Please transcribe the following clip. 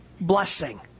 blessing